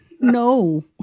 No